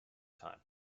time